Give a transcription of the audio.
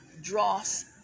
dross